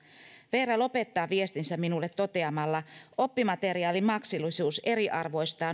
veera lopettaa viestinsä minulle toteamalla oppimateriaalien maksullisuus eriarvoistaa